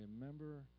remember